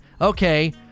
Okay